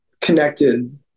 connected